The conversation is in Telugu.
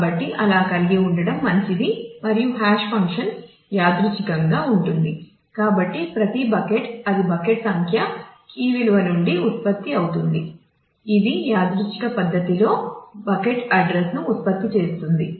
కాబట్టి అలా కలిగి ఉండటం మంచిది మరియు హాష్ ఫంక్షన్ యాదృచ్ఛికంగాను ఉత్పత్తి చేస్తుంది